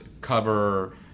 cover